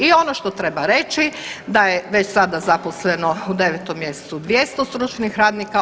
I ono što treba reći da je već sada zaposleno u 9 mjesecu 200 stručnih radnika.